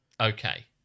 Okay